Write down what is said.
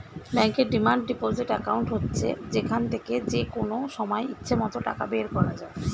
ব্যাংকের demand deposit account হচ্ছে যেখান থেকে যেকনো সময় ইচ্ছে মত টাকা বের করা যায়